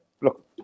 look